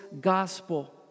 gospel